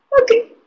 Okay